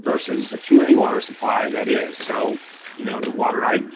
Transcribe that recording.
versus a community water supply that is. so you know the water i'd.